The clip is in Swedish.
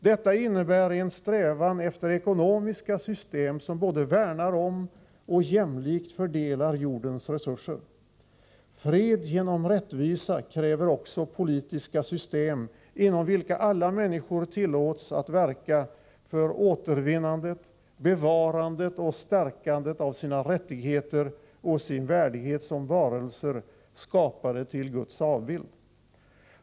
Detta innebär en strävan efter ekonomiska system som både värnar om och jämlikt fördelar jordens resurser. Fred genom rättvisa kräver också politiska system inom vilka alla människor tillåts att verka för återvinnandet, bevarandet och stärkandet av sina rättigheter och sin värdighet som varelser, skapade till Guds avbild.